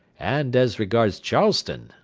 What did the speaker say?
and, as regards charleston,